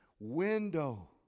Window